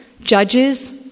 judges